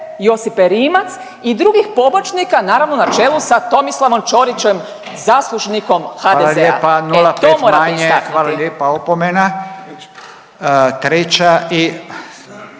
Josipe Rimac i drugih pomoćnika, naravno, na čelu sa Tomislavom Ćorićem, zaslužnikom HDZ-a. .../Upadica: Hvala lijepa. .../nerazumljivo/...